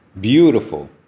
Beautiful